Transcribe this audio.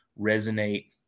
resonate